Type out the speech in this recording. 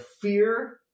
fear